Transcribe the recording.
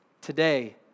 today